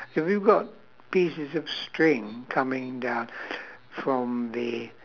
so we've got pieces of string coming down from the